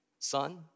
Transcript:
Son